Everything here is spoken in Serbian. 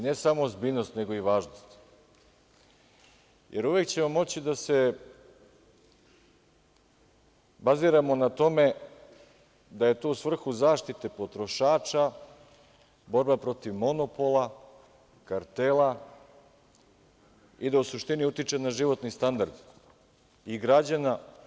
Ne samo ozbiljnost, nego i važnost, jer uvek ćemo moći da se baziramo na tome da je to u svrhu zaštite potrošača, borba protiv monopola, kartela i da u suštini utiče na životni standard i građana.